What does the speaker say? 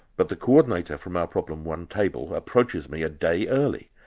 but the co-ordinator from our problem one table approaches me a day early.